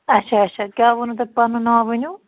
اَچھا اَچھا کیٛاہ ووٚنوٕ تۄہہِ پَنُن ناو ؤنِو